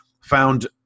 found